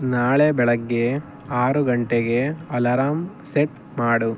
ನಾಳೆ ಬೆಳಗ್ಗೆ ಆರು ಗಂಟೆಗೆ ಅಲಾರಾಮ್ ಸೆಟ್ ಮಾಡು